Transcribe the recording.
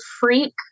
freak